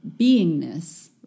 beingness